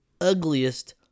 ugliest